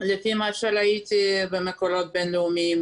לפי מה שראיתי במקורות בינלאומיים